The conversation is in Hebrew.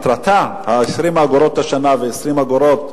20 אגורות השנה ו-20 אגורות,